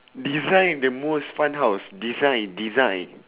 design the most fun house design design